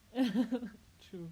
true